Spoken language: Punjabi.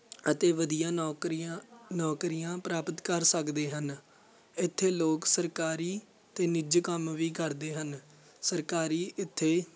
ਅਤੇ ਵਧੀਆ ਨੌਕਰੀਆਂ ਨੌਕਰੀਆਂ ਪ੍ਰਾਪਤ ਕਰ ਸਕਦੇ ਹਨ ਇੱਥੇ ਲੋਕ ਸਰਕਾਰੀ ਅਤੇ ਨਿਜੀ ਕੰਮ ਵੀ ਕਰਦੇ ਹਨ ਸਰਕਾਰੀ ਇੱਥੇ